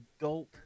adult